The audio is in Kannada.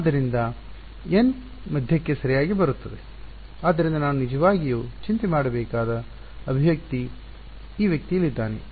ಆದ್ದರಿಂದ ನಾನು ನಿಜವಾಗಿಯೂ ಚಿಂತೆ ಮಾಡಬೇಕಾದ ಅಭಿವ್ಯಕ್ತಿ ಈ ವ್ಯಕ್ತಿ ಇಲ್ಲಿದ್ದಾನೆ